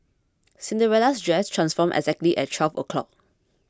Cinderella's dress transformed exactly at twelve o' clock